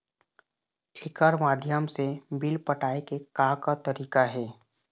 एकर माध्यम से बिल पटाए के का का तरीका हे?